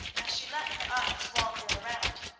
she let her eyes wander around.